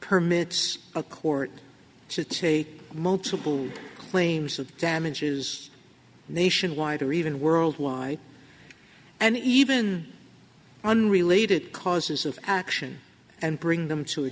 permits a court it's a multiple claims of damages nationwide or even worldwide and even unrelated causes of action and bring them to a